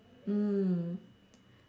mm